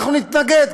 אנחנו נתנגד,